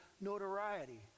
notoriety